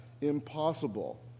impossible